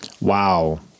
Wow